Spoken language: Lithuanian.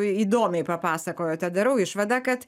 įdomiai papasakojote darau išvadą kad